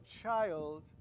child